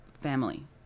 family